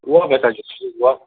ಹೂವ ಬೇಕಾಗಿತ್ತು ರೀ ಹೂವ